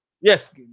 Yes